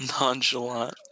nonchalant